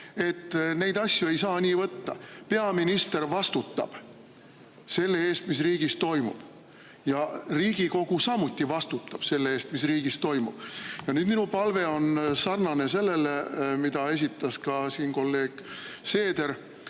Neid asju ei saa nii võtta. Peaminister vastutab selle eest, mis riigis toimub, ja Riigikogu samuti vastutab selle eest, mis riigis toimub. Minu palve on sarnane sellega, mille esitas siin ka kolleeg Seeder,